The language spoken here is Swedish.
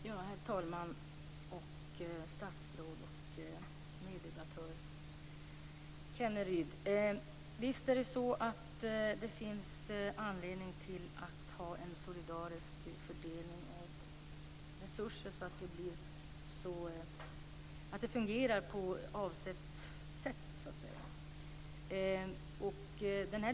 Herr talman! Herr statsråd och medebattör Kenneryd! Visst finns det anledning att ha en solidarisk fördelning av resurser så att det hela fungerar på avsett sätt.